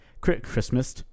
Christmas